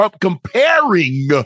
comparing